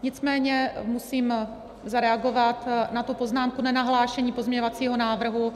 Nicméně musím zareagovat na tu poznámku nenahlášení pozměňovacího návrhu.